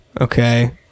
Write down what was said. Okay